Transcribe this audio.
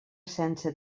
sense